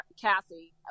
Cassie